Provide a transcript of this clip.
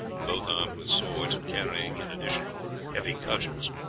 both armed with swords and carrying in addition heavy cudgels.